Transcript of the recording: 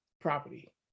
property